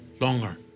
longer